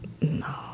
no